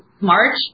March